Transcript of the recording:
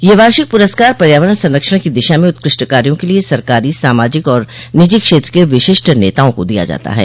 यह वार्षिक पुरस्कार पर्यावरण संरक्षण की दिशा में उत्कृष्ट कार्यो के लिये सरकारी सामाजिक और निजी क्षेत्र के विशिष्ट नेताओं को दिया जाता है